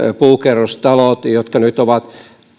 puukerrostaloja jotka nyt ovat